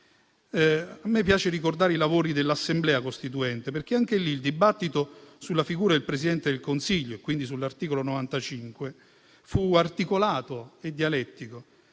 A me piace ricordare i lavori dell'Assemblea costituente, perché lì il dibattito sulla figura del Presidente del Consiglio, quindi sull'articolo 95, fu articolato e dialettico.